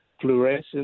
fluorescence